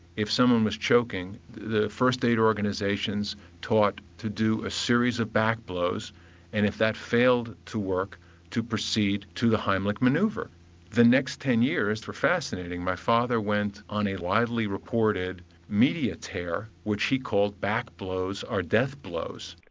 if someone was choking, the first aid organisations taught to do a series of back blows and if that failed to work to proceed to the heimlich manoeuvre. the next ten years were fascinating, my father went on a widely reported media tear which he called back blows are death blows.